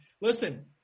listen